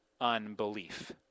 unbelief